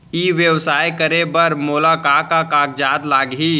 ई व्यवसाय करे बर मोला का का कागजात लागही?